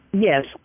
yes